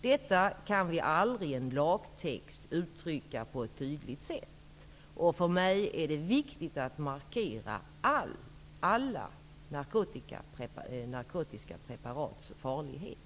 Detta kan vi aldrig i en lagtext uttrycka på ett tydligt sätt. För mig är det viktigt att vi markerar alla narkotiska preparats farlighet.